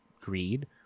greed